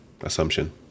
assumption